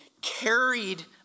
carried